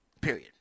period